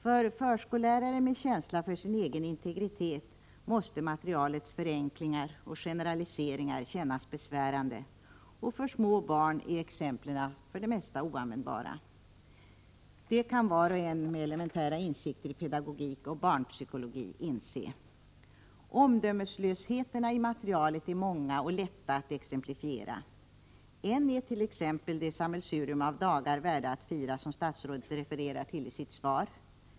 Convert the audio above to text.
För förskollärare med känsla för sin egen integritet måste materialets förenklingar och generaliseringar kännas besvärande. Och för små barn är exemplen för det mesta oanvändbara. Det kan var och en med elementära insikter i pedagogik och barnpsykologi förstå. Omdömeslösheterna i materialet är många och lätta att exemplifiera. En är det sammelsurium av dagar värda att fira som statsrådet refererar till i sitt svar.